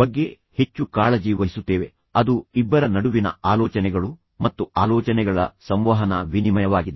ಬಗ್ಗೆ ಹೆಚ್ಚು ಕಾಳಜಿ ವಹಿಸುತ್ತೇವೆ ಅದು ಇಬ್ಬರ ನಡುವಿನ ಆಲೋಚನೆಗಳು ಮತ್ತು ಆಲೋಚನೆಗಳ ಸಂವಹನ ವಿನಿಮಯವಾಗಿದೆ